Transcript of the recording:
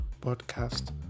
podcast